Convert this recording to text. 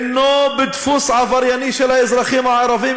אינו בדפוס עברייני של האזרחים הערבים,